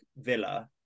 Villa